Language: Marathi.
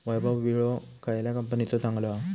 वैभव विळो खयल्या कंपनीचो चांगलो हा?